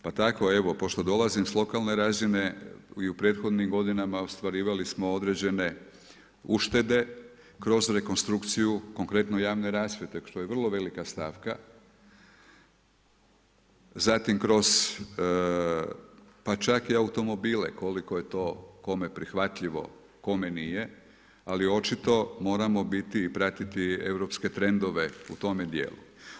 Pa tako, pošto dolazim s lokalne razine i u prethodnim godinama ostvarivali smo određene uštede kroz rekonstrukciju, konkretno javne rasvjete, što je vrlo velika stavka, zatim kroz, pa čak i automobile, koliko je to kome prihvatljivo, kome nije, ali očito moramo biti i pratiti europske trendove u tome dijelu.